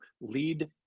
lead